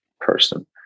person